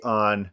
on